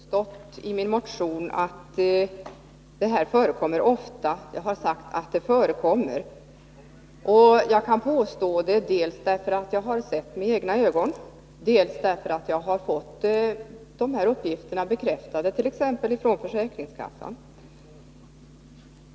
Herr talman! Till att börja med har jag inte påstått i min motion att den här typen av utnyttjande av familjen förekommer ofta. Jag har sagt att det förekommer. Jag kan påstå det dels därför att jag har sett det med egna ögon, dels därför att jag har fått de här uppgifterna bekräftade från t.ex. försäkringskassan.